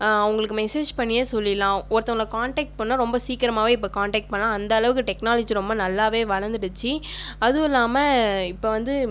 அவங்களுக்கு மெசேஜ் பண்ணியே சொல்லிடலாம் ஒருத்தவங்கள காண்டக்ட் பண்ணுனா ரொம்ப சீக்கரமாகவே இப்போ காண்டக்ட் பண்ணலாம் அந்தளவுக்கு டெக்னாலஜி ரொம்ப நல்லாவே வளர்ந்துடுச்சி அதுவும் இல்லமால் இப்போ வந்து